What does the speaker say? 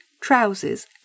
trousers